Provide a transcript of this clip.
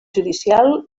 judicial